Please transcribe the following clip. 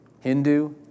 Hindu